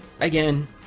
again